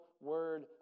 word